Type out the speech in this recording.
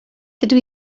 dydw